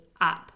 up